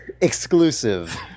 exclusive